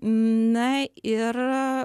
na ir